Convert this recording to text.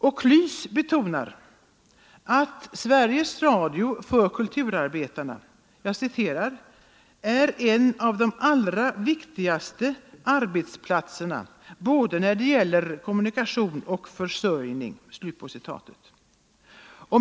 Och KLYS betonar att Sveriges Radio för kulturarbetarna ”är en av de allra viktigaste arbetsplatserna både när det gäller kommunikation och försörjning”.